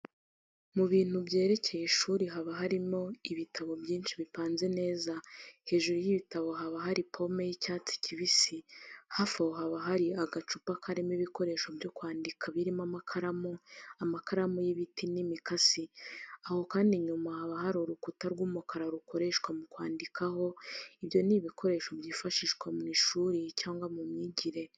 Mu bintu byerekeye ishuri haba harimo ibitabo byinshi bipanze neza, hejuru y'ibitabo hari pome y'icyatsi kibisi, hafi aho haba hari agacupa karimo ibikoresho byo kwandika birimo amakaramu, amakaramu y'ibiti n'imikasi. Aho kandi inyuma haba hari urukuta rw'umukara rukoreshwa mu kwandikaho. Ibyo ni ibikoresho byifashishwa mu ishuri cyangwa mu myigire.